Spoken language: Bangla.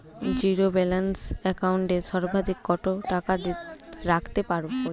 জীরো ব্যালান্স একাউন্ট এ সর্বাধিক কত টাকা রাখতে পারি?